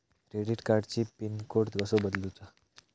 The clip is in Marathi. क्रेडिट कार्डची पिन कोड कसो बदलुचा?